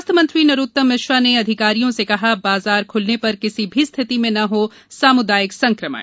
स्वास्थ्य मंत्री नरोत्तम मिश्रा ने अधिकारियों से कहा बाजार खुलने पर किसी भी स्थिति में न हो सामुदायिक संक्रमण